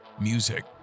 Music